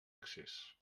excés